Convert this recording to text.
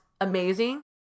amazing